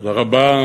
תודה רבה,